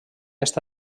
està